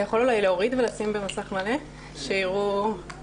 שכותרתו: עברית רב-מגדרית מיכל שומר.) יש